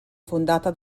fondata